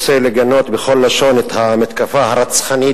רוצה לגנות בכל לשון את המתקפה הרצחנית